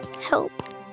help